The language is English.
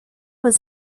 was